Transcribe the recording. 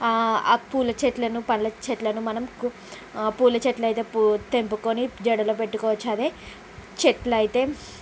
ఆ పూల చెట్లను పళ్ళ చెట్లను మనం కు పూల చెట్లు అయితే తెంపుకుని జడలో పెట్టుకోవచ్చు అదే చెట్లు అయితే